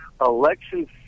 Election